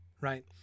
right